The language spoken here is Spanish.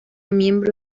miembro